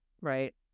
right